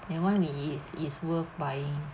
that [one] is is worth buying